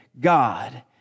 God